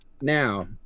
now